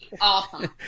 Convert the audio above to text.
awesome